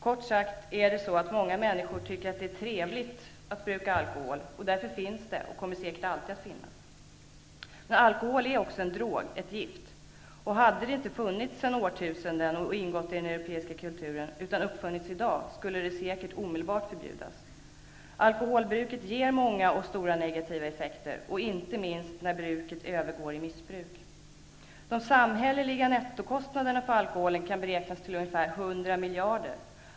Kort sagt är det så att många människor tycker att det är trevligt att bruka alkohol, och därför finns det och kommer säkert alltid att finnas. Men alkohol är också en drog, ett gift. Hade det inte funnits sedan årtusenden och ingått i den europeiska kulturen utan uppfunnits i dag skulle det säkert omedelbart ha förbjudits. Alkoholbruket har många och stora negativa effekter, inte minst när bruket övergår i missbruk. De samhälleliga nettokostnaderna för alkoholen kan beräknas till ungefär 100 miljarder.